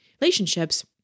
relationships